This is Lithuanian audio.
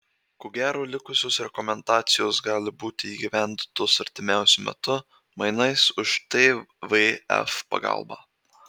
ko gero likusios rekomendacijos gali būti įgyvendintos artimiausiu metu mainais už tvf pagalbą